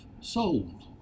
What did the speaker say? sold